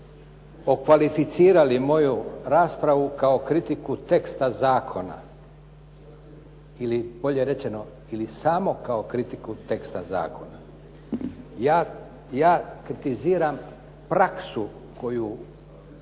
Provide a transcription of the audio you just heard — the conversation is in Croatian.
okvalificirali moju raspravu kao kritiku teksta zakona ili bolje rečeno ili samo kao kritiku teksta zakona. Ja kritiziram praksu koju